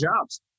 jobs